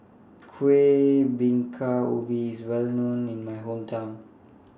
Kueh Bingka Ubi IS Well known in My Hometown